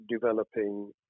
developing